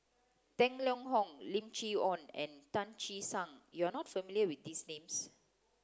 Tang Liang Hong Lim Chee Onn and Tan Che Sang You are not familiar with these names